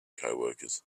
coworkers